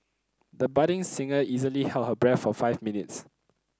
the budding singer easily held her breath for five minutes